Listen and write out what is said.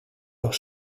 leurs